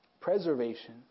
preservation